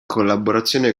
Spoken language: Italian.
collaborazione